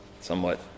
somewhat